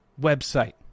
website